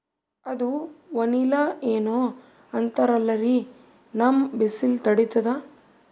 ಅದು ವನಿಲಾ ಏನೋ ಅಂತಾರಲ್ರೀ, ನಮ್ ಬಿಸಿಲ ತಡೀತದಾ?